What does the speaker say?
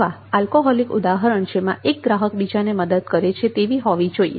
અથવા આલ્કોહોલિક ઉદાહરણ કે જેમાં એક ગ્રાહક બીજા ગ્રાહકને મદદ કરે છે તેવી હોવી જોઈએ